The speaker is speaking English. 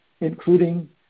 including